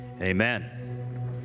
Amen